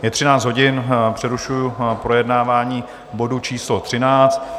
Je 13 hodin a přerušuji projednávání bodu číslo 13.